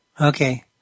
Okay